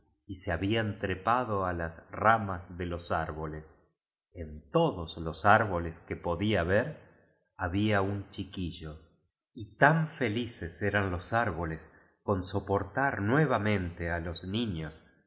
y se habían trepado á las ramas de los árboles en todos los árbo les que podía ver había un chiquillo y tan felices eran los árboles con soportar nuevamente á los niños